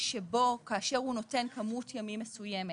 שבו כאשר הוא נותן כמות ימים מסוימת